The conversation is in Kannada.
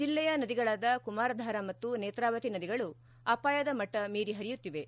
ಜಿಲ್ಲೆಯ ನದಿಗಳಾದ ಕುಮಾರಧಾರ ಮತ್ತು ನೇತ್ರಾವತಿ ನದಿಗಳು ಅಪಾಯದ ಮಟ್ಟ ಮೀರಿ ಪರಿಯುತ್ತಿವೆ